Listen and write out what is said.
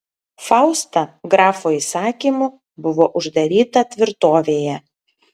fausta grafo įsakymu buvo uždaryta tvirtovėje